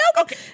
okay